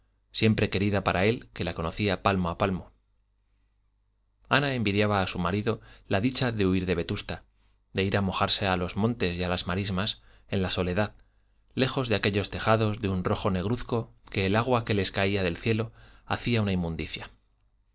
siempre querida para él que la conocía palmo a palmo ana envidiaba a su marido la dicha de huir de vetusta de ir a mojarse a los montes y a las marismas en la soledad lejos de aquellos tejados de un rojo negruzco que el agua que les caía del cielo hacía una inmundicia